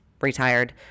retired